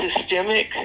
systemic